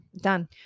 Done